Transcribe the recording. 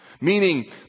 Meaning